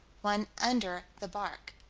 one under the bark.